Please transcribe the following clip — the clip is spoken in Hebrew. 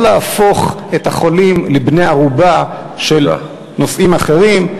לא להפוך את החולים לבני ערובה של נושאים אחרים.